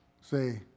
say